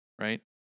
right